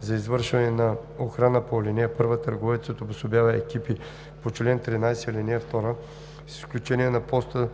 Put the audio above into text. За извършване на охрана по ал. 1 търговецът обособява екипи по чл. 13, ал. 2, с изключение на поста